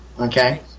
Okay